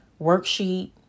worksheet